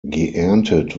geerntet